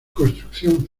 construcción